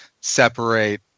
separate